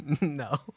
No